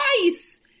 twice